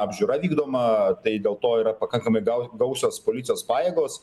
apžiūra vykdoma tai dėl to yra pakankamai ga gausios policijos pajėgos